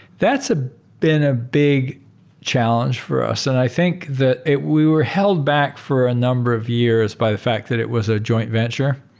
that's ah been a big challenge for us, and i think that we were held back for a number of years by the fact that it was a joint venture.